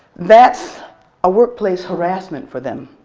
that's a workplace harassment for them.